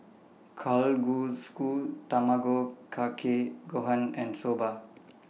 Kalguksu Tamago Kake Gohan and Soba